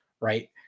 Right